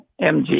MG